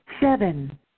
Seven